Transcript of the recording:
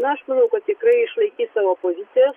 na aš manau kad tikrai išlaikys savo pozicijas